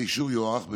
האישור יוארך בשנה.